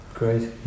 Great